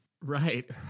Right